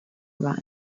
war